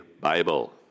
Bible